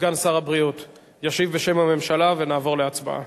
סגן שר הבריאות ישיב בשם הממשלה, ונעבור להצבעה.